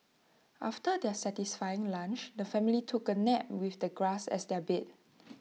after their satisfying lunch the family took A nap with the grass as their bed